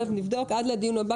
עד לדיון הבא,